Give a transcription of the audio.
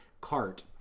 cart